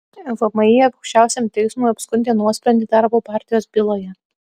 vmi aukščiausiajam teismui apskundė nuosprendį darbo partijos byloje